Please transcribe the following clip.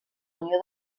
unió